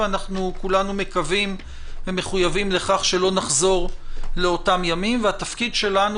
וכולנו מקווים ומחויבים לכך שלא נחזור לאותם ימים והתפקיד שלנו